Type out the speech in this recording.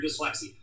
dyslexia